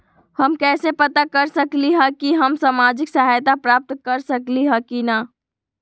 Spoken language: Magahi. हम कैसे पता कर सकली ह की हम सामाजिक सहायता प्राप्त कर सकली ह की न?